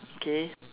okay